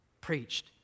preached